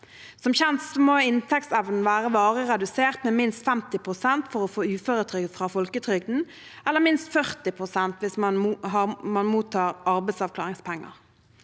Som kjent må inntektsevnen være varig redusert med minst 50 pst. for å få uføretrygd fra folketrygden eller minst 40 pst. hvis man mottar arbeidsavklaringspenger.